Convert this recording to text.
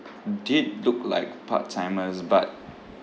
did look like part timers but